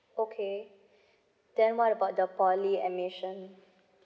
okay then what about the poly admission